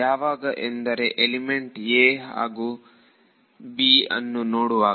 ಯಾವಾಗ ಎಂದರೆ element 'a' ಹಾಗೂ 'b' ಅನ್ನು ನೋಡುವಾಗ